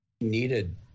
needed